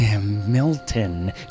Milton